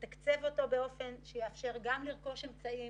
לתקצב אותו באופן שיאפשר לרכוש אמצעים